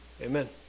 Amen